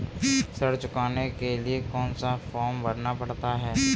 ऋण चुकाने के लिए कौन सा फॉर्म भरना पड़ता है?